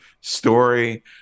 story